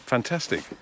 Fantastic